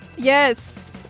Yes